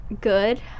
Good